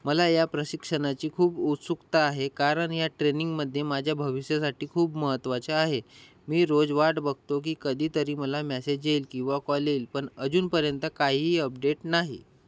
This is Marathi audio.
मला या प्रशिक्षणाची खूप उत्सुकता आहे कारण या ट्रेनिंगमध्ये माझ्या भविष्यासाठी खूप महत्त्वाचे आहे मी रोज वाट बघतो की कधीतरी मला मॅसेज येईल किंवा कॉल येईल पण अजूनपर्यंत काहीही अपडेट नाही